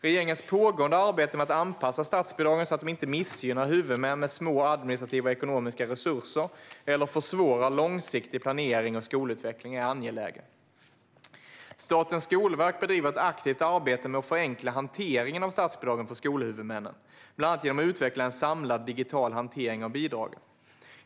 Regeringens pågående arbete med att anpassa statsbidragen så att de inte missgynnar huvudmän med små administrativa och ekonomiska resurser eller försvårar långsiktig planering och skolutveckling är angeläget. Statens skolverk bedriver ett aktivt arbete med att förenkla hanteringen av statsbidragen för skolhuvudmännen, bland annat genom att utveckla en samlad digital hantering av bidragen.